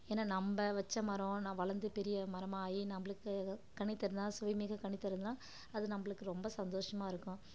ஏன்னா நம்ம வச்ச மரம் வளர்ந்து பெரிய மரமாக ஆகி நம்மளுக்கு கனி தரும் தான் சுவைமிகு கனி தரும் தான் அது நம்மளுக்கு ரொம்ப சந்தோசமாக இருக்கும்